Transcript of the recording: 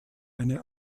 eine